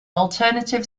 alternative